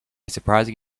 surprising